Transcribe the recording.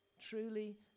truly